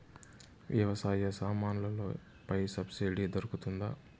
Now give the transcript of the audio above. వ్యవసాయ సామాన్లలో పై సబ్సిడి దొరుకుతుందా?